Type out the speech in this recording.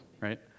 right